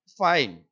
fine